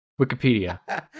wikipedia